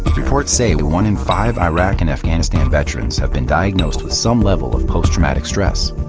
reports say one in five iraq and afghanistan veterans have been diagnosed with some level of post-traumatic stress.